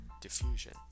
diffusion